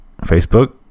Facebook